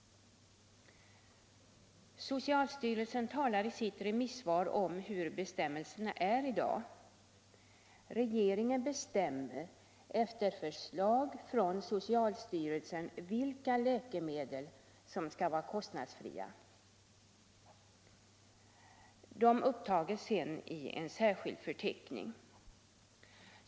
Socialstyrelsen talar i sitt remissvar om hur bestämmelserna är i dag. Regeringen bestämmer, efter förslag från socialstyrelsen, vilka läkemedel som skall vara kostnadsfria. Dessa upptages sedan i en särskild förteckning.